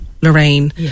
Lorraine